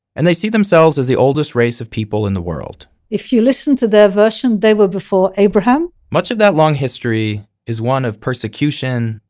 and they see themselves as the oldest race of people in the world if you listen to their version they were before abraham much of that long history is one of persecution,